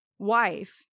wife